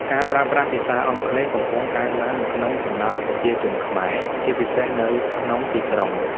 ការប្រើប្រាស់ភាសាអង់គ្លេសកំពុងកើនឡើងនៅក្នុងចំណោមប្រជាជនខ្មែរ ជាពិសេសនៅក្នុងទីក្រុង។